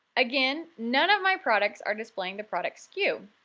again, none of my products are displaying the product sku.